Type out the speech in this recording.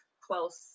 close